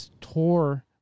tore